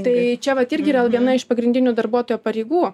tai čia vat irgi yra viena iš pagrindinių darbuotojo pareigų